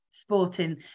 Sporting